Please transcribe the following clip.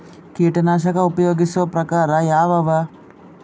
ಕೀಟನಾಶಕ ಉಪಯೋಗಿಸೊ ಪ್ರಕಾರ ಯಾವ ಅವ?